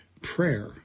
prayer